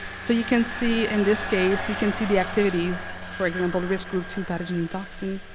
so you can see in this case, you can see the activities, for example, risk group two pathogen toxin.